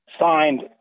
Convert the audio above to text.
signed